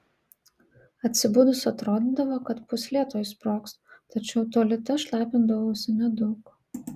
atsibudus atrodydavo kad pūslė tuoj sprogs tačiau tualete šlapindavausi nedaug